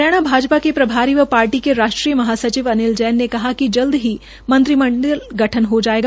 हरियाणा भाजपा के प्रभारी व पार्टी के राष्ट्रीय महासचिव अनिल जैन ने कहा कि जल्द ही मंत्रिमंडल गठन हो जाएगा